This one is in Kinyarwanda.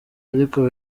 ariko